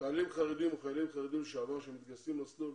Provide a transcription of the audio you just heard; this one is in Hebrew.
חיילים חרדים וחיילים חרדים לשעבר שמתגייסים למסלול